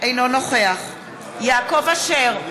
אינו נוכח יעקב אשר,